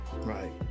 Right